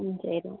ശരി